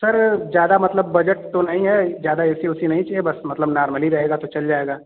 sir ज्यादा मतलब budget तो नहीं है ज्यादा ए सी ओसी नहीं चाहिए बस मतलब नार्मली रहेगा तो चल जाएगा